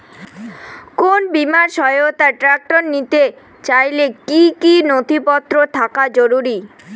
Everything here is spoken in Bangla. কোন বিমার সহায়তায় ট্রাক্টর নিতে চাইলে কী কী নথিপত্র থাকা জরুরি?